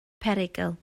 perygl